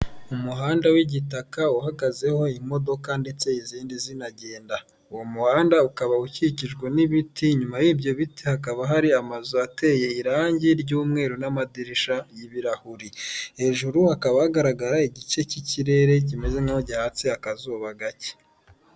Umuhanda w'igitaka, uhagazeho imodoka ndetse izindi zinagenda. Uwo muhanda ukaba ukikijwe n'ibiti, nyuma y'ibyo biti hakaba hari amazu ateye irangi ry'umweru n'amadirisha y'ibirahuri. Hejuru hakaba hagaragara igice cy'ikirere kimeze nk'aho gihatse akazuba gake.